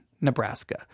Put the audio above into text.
Nebraska